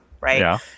Right